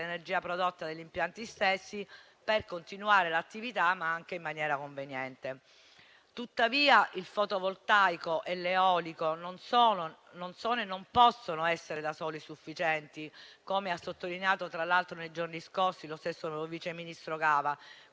dell'energia prodotta dagli impianti stessi per continuare l'attività, ma anche in maniera conveniente. Tuttavia, il fotovoltaico e l'eolico non sono e non possono essere da soli sufficienti, come ha sottolineato tra l'altro nei giorni scorsi lo stesso loro vice ministro Gava.